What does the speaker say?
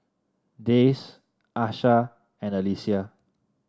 Dayse Asha and Alesia